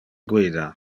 guida